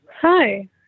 Hi